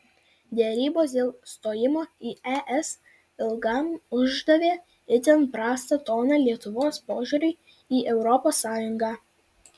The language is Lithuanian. derybos dėl stojimo į es ilgam uždavė itin prastą toną lietuvos požiūriui į europos sąjungą